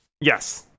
yes